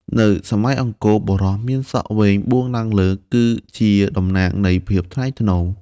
នៅសម័យអង្គរ បុរសមានសក់វែងបួងឡើងលើ គឺជាតំណាងនៃភាពថ្លៃថ្នូរ។